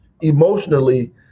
emotionally